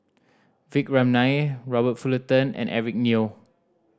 Vikram Nair Robert Fullerton and Eric Neo